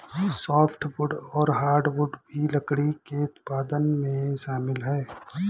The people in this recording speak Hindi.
सोफ़्टवुड और हार्डवुड भी लकड़ी के उत्पादन में शामिल है